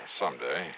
someday